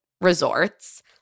resorts